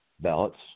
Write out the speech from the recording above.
ballots